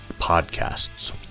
podcasts